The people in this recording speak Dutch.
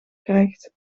krijgt